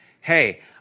Hey